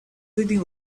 sitting